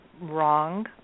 wrong